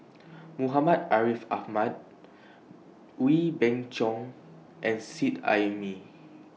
Muhammad Ariff Ahmad Wee Beng Chong and Seet Ai Mee